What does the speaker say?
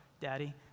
Daddy